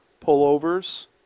pullovers